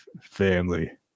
family